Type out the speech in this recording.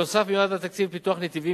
נוסף על כך התקציב מיועד לפיתוח נתיבים